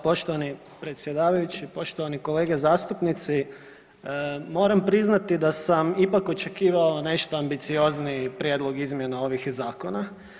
poštovani predsjedavajući, poštovani kolege zastupnici moram priznati da sam ipak očekivao nešto ambiciozniji prijedlog izmjena ovih zakona.